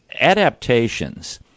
Adaptations